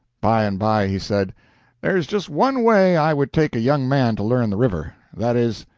by and by he said there is just one way i would take a young man to learn the river that is,